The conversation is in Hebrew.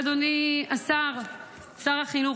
אדוני שר החינוך,